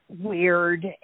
weird